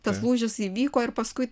tas lūžis įvyko ir paskui